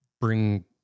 bring